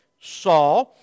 saw